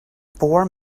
four